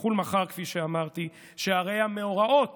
שיחול מחר, כפי שאמרתי, שהרי המאורעות